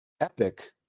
epic